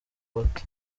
bato